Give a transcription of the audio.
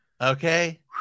Okay